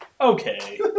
Okay